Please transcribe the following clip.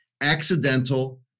accidental